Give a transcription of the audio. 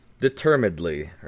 determinedly